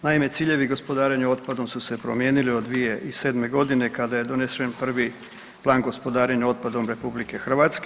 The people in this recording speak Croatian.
Naime, ciljevi gospodarenja otpadom su se promijenili od 2007. g. kada je donešen prvi Plan gospodarenja otpadom RH.